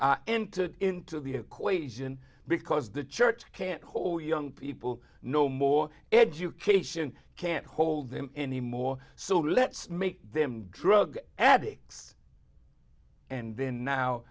into into the equation because the church can't hold a young people no more education can't hold them anymore so let's make them drug addicts and then now